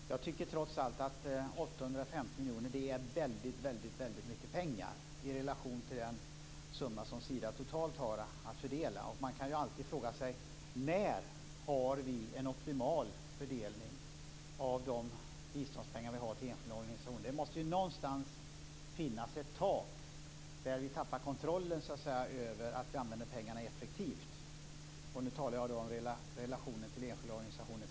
Fru talman! Jag tycker trots allt att 850 miljoner är väldigt mycket pengar i relation till den summa som Sida totalt har att fördela. Man kan alltid fråga sig när vi har en optimal fördelning av de biståndspengar som går till enskilda organisationer. Det måste någonstans finnas ett tak där vi tappar kontrollen över att pengarna används effektivt. Jag talar här om relationen till enskilda organisationer.